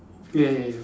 ya ya ya